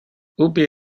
ubi